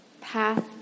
path